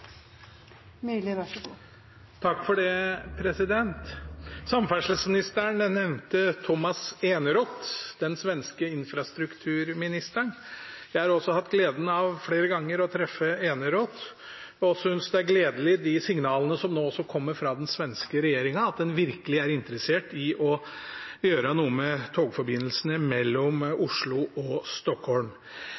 Det blir replikkordskifte. Samferdselsministeren nevnte Tomas Eneroth, den svenske infrastrukturministeren. Jeg har også flere ganger hatt gleden av å treffe Eneroth, og jeg synes det er gledelig med de signalene som nå kommer fra den svenske regjeringen: at en virkelig er interessert i å gjøre noe med togforbindelsene mellom